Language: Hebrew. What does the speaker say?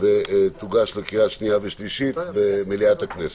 ותוגש לקריאה שנייה ושלישית במליאת הכנסת.